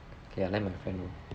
K ah I let my friend know